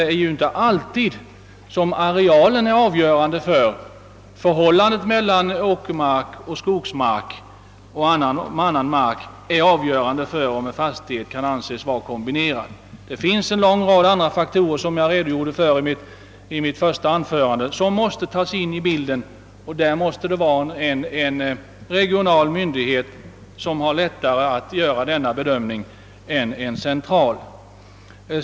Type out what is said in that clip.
Det är ju inte arealen — förhållandet mellan åkermark, skogsmark och annan mark — som är avgörande för om en fastighet kan anses vara kombinerad. Det finns en rad andra faktorer — som jag redogjort för i mitt första anförande — vilka måste tas in i bilden, och en regional myndighet har lättare att göra en dylik bedömning än en central.